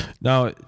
now